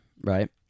right